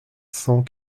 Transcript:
cent